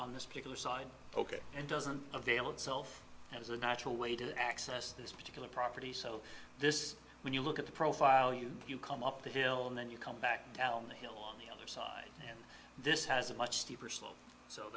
on this particular side ok and doesn't avail itself as a natural way to access this particular property so this when you look at the profile you you come up the hill and then you come back down the hill on the other side this has a much steeper slope so